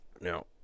now